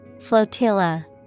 Flotilla